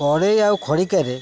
କଡ଼େଇ ଆଉ ଖଡ଼ିକାରେ